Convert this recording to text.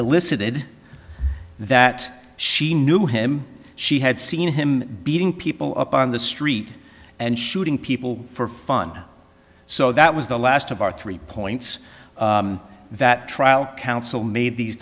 elicited that she knew him she had seen him beating people up on the street and shooting people for fun so that was the last of our three points that trial counsel made these